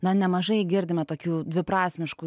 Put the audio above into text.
na nemažai girdime tokių dviprasmiškų